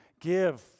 give